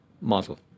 model